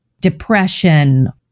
depression